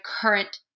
current